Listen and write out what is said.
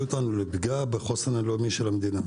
אותנו לפגיעה בחוסן הלאומי של המדינה,